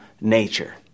nature